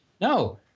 No